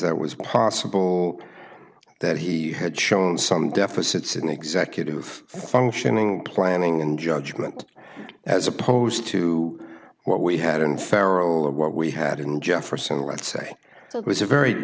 that was possible that he had shown some deficits in executive functioning planning and judgment as opposed to what we had in feral or what we had in jefferson let's say so it was a very